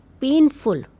painful